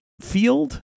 field